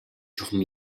чухам